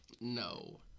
No